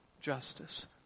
justice